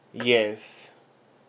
yes